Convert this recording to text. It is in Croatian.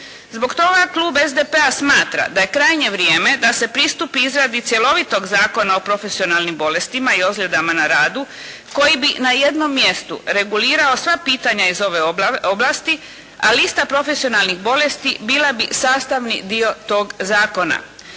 Zbog toga klub SDP-a smatra da je krajnje vrijeme da se pristupi izradi cjelovitog Zakona o profesionalnim bolestima i ozljedama na radu koji bi na jednom mjestu regulirao sva pitanja iz ove oblasti, a lista profesionalnih bolesti bila bi sastavni dio tog zakona.